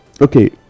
okay